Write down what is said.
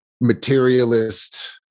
materialist